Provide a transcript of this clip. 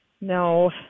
No